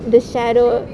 the shadow